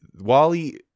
Wally